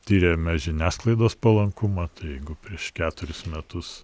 tiriame žiniasklaidos palankumą tai jeigu prieš keturis metus